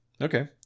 okay